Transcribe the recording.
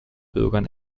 bürgern